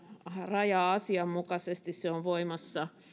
rajaa asianmukaisesti se on voimassa